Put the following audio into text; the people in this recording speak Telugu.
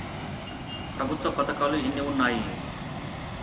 ప్రభుత్వ పథకాలు ఎన్ని ఉన్నాయి?